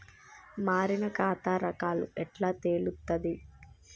మారిన ఖాతా రకాలు ఎట్లా తెలుత్తది?